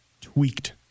tweaked